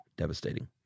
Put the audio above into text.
Devastating